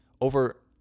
over